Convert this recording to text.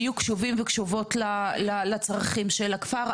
שיהיו קשובים וקשובות לצרכים של הכפר,